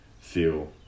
feel